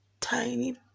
tiny